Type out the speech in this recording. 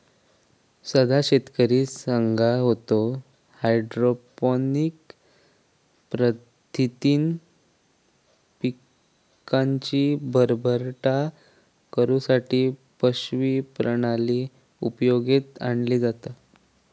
सदा शेतकरी सांगा होतो, हायड्रोपोनिक पद्धतीन पिकांची भरभराट करुसाठी पिशवी प्रणाली उपयोगात आणली जाता